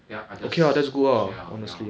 then I just share lah ya